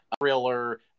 thriller